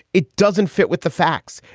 it doesn't fit with the facts.